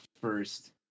first